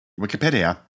Wikipedia